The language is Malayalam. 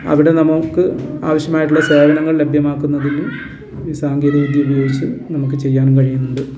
അവിടെ നമുക്ക് ആവശ്യമായിട്ടുള്ള സേവനങ്ങൾ ലഭ്യമാക്കുന്നതിനും ഈ സാങ്കേതികവിദ്യ ഉപയോഗിച്ച് നമുക്ക് ചെയ്യാനും കഴിയുന്നുണ്ട്